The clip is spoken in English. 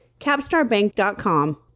capstarbank.com